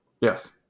Yes